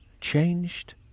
changed